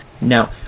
Now